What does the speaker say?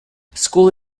school